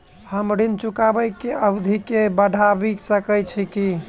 हम ऋण चुकाबै केँ अवधि केँ बढ़ाबी सकैत छी की?